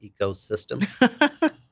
ecosystem